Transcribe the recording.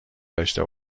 داشته